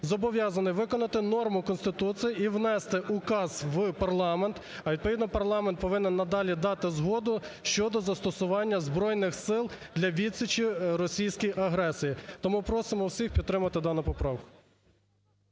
зобов'язаний виконати норму Конституції і внести указ в парламент, а відповідно парламент повинен надалі дати згоду щодо застосування збройних сил для відсічі російській агресії. Тому просимо всіх підтримати дану поправку.